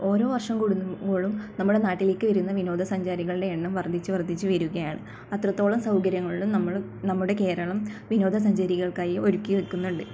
ഓരോ വർഷം കൂടുന്തോറും നമ്മുടെ നാട്ടിലേക്ക് വരുന്ന വിനോദസഞ്ചാരികളുടെ എണ്ണം വർദ്ധിച്ചു വർദ്ധിച്ചു വരുകയാണ് അത്രത്തോളം സൗകര്യങ്ങൾ നമ്മുടെ കേരളം വിനോദസഞ്ചാരികൾക്കായി ഒരുക്കിവെയ്ക്കുന്നുണ്ട്